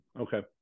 okay